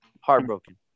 Heartbroken